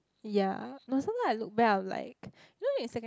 ya but sometime I look back I'm like you know in secondary